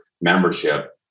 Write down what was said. membership